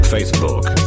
Facebook